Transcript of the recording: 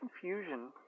confusion